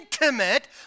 intimate